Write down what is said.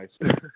nice